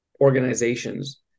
organizations